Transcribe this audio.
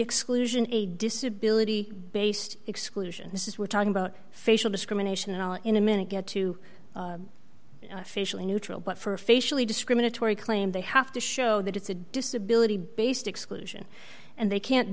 exclusion a disability based exclusion this is we're talking about facial discrimination all in a minute get to officially neutral but for a facially discriminatory claim they have to show that it's a disability based exclusion and they can't